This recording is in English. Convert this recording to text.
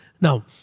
Now